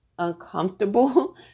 uncomfortable